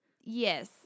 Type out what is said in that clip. yes